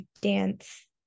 dance